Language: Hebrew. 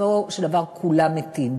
בסופו של דבר כולם מתים.